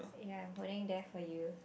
ya I'm holding it there for you